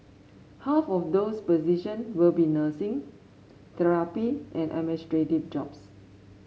half of those position will be nursing therapy and administrative jobs